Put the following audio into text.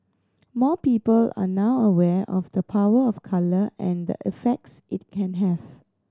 more people are now aware of the power of colour and the effects it can have